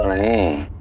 a